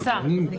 מאותה קבוצה.